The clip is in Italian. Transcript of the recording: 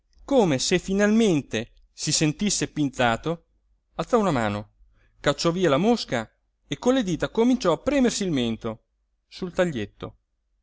come se finalmente si sentisse pinzato alzò una mano cacciò via la mosca e con le dita cominciò a premersi il mento sul taglietto